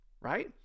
right